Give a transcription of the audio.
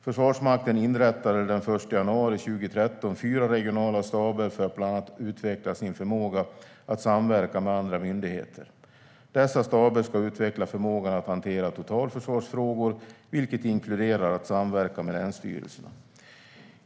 Försvarsmakten inrättade den 1 januari 2013 fyra regionala staber för att bland annat utveckla sin förmåga att samverka med andra myndigheter. Dessa staber ska utveckla förmågan att hantera totalförsvarsfrågor, vilket inkluderar att samverka med länsstyrelserna.